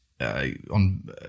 on